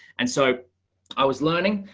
and so i was learning,